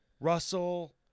Russell